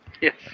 Yes